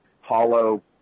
hollow